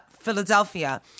Philadelphia